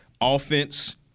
Offense